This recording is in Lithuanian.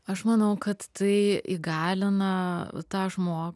aš manau kad tai įgalina tą žmogų